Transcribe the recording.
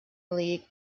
league